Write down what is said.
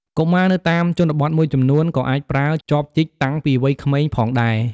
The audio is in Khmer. កុមារនៅតាមជនបទមួយចំនួន ក៏អាចប្រើ ចបជីកតាំងពីវ័យក្មេងផងដែរ។